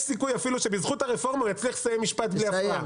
יש סיכוי אפילו שבזכות הרפורמה הוא יצליח לסיים משפט בלי הפרעה,